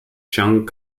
chiang